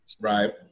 Right